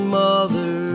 mother